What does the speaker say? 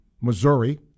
Missouri